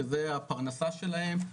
שזה הפרנסה שלהם,